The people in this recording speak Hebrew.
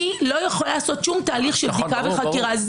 אני לא יכולה לעשות שום תהליך בדיקה וחקירה,